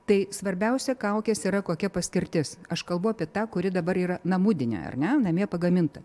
tai svarbiausia kaukės yra kokia paskirtis aš kalbu apie tą kuri dabar yra namudinė ar ne namie pagaminta